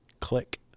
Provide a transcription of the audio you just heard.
Click